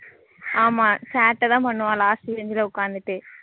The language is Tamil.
ஆமாம் சேட்டை தான் பண்ணுவான் லாஸ்ட்டு பெஞ்சில் உட்காந்துட்டு